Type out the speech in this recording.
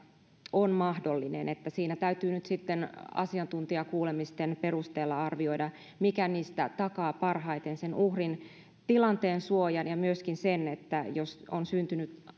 on mahdollinen eli siinä täytyy nyt asiantuntijakuulemisten perusteella arvioida mikä niistä takaa parhaiten sen uhrin tilanteen suojan ja myöskin sen että jos siinä avioliitossa on syntynyt